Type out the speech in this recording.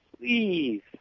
Please